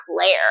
Claire